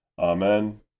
Amen